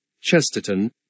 Chesterton